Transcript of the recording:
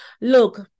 look